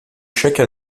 chaque